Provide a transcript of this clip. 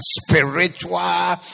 spiritual